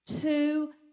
two